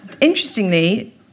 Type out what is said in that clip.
Interestingly